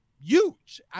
huge